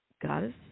Goddess